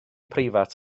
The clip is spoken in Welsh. preifat